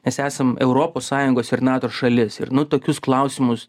nes esam europos sąjungos ir nato šalis ir nu tokius klausimus